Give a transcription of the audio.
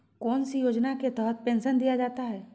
कौन सी योजना के तहत पेंसन दिया जाता है?